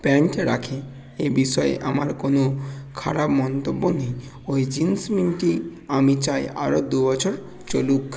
প্যান্টটা রাখে এই বিষয়ে আমার কোনো খারাপ মন্তব্য নেই ওই জিন্স প্যান্টটি আমি চাই আরো দু বছর চলুক